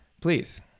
please